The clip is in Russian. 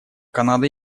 канада